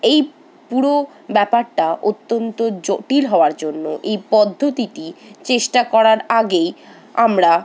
এই পুরো ব্যাপারটা অত্যন্ত জটিল হওয়ার জন্য এই পদ্ধতিটি চেষ্টা করার আগেই আমরা